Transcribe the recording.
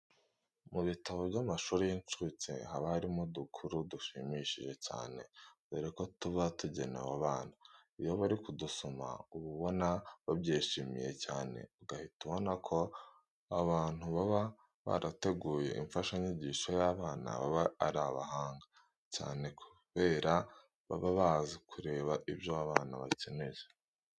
Mu bitabo by'amashuri y'incuke haba harimo udukuru dushimishije cyane, dore ko tuba tugenewe abana. Iyo bari kudusoma uba ubona babyishimiye cyane ugahita ubona ko abantu baba barateguye imfashanyigisho y'abana baba ari abahanga cyane kubera baba bazi kureba ibyo abana bakeneye.